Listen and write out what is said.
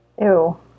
Ew